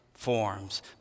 Forms